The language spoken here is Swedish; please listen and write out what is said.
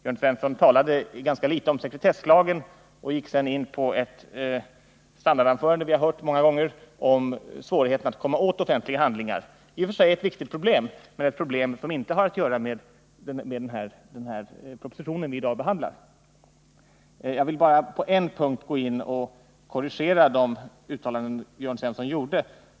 Jörn Svensson talade ganska litet om sekretesslagen och gick i stället in på det standardanförande vi har hört många gånger och som handlar om svårigheten att komma åt offentliga handlingar. Det är i och för sig ett viktigt problem, men det är ett problem som inte har att göra med den proposition vi i dag behandlar. Jag vill dock på en punkt korrigera Jörn Svensson.